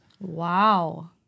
Wow